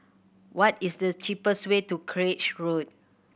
what is the cheapest way to Craig Road